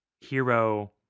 hero